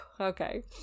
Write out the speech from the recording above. okay